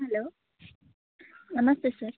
hello ನಮಸ್ತೆ sir